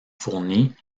fournie